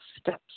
Steps